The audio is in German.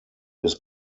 bis